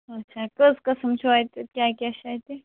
اَچھا کٔژ قٕسٕم چھُو اَتہِ کیٛاہ کیٛاہ چھُ اَتہِ